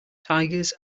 tigers